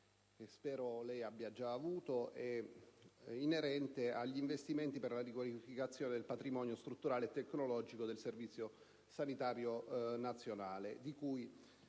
cui spero abbia già ricevuto il testo, è inerente agli investimenti per la riqualificazione del patrimonio strutturale e tecnologico del Servizio sanitario nazionale, di cui